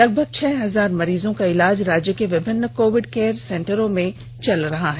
लगभग छह हजार मरीजों का इलाज राज्य के विभिन्न कोविड केयर सेंटरों में चल रहा है